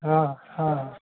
हाँ हाँ